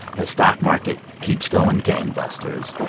the stock market keeps going gangbusters.